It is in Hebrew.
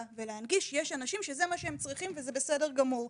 ולהגיד שיש אנשים שזה מה שהם צריכים וזה בסדר גמור,